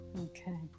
okay